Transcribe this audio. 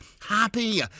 Happy